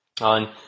on